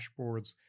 dashboards